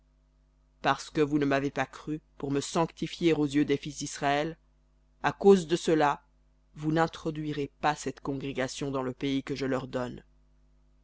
parce que vous ne m'avez pas cru pour me sanctifier aux yeux des fils d'israël à cause de cela vous n'introduirez pas cette congrégation dans le pays que je leur donne